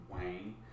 Wayne